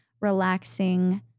relaxing